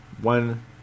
one